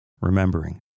remembering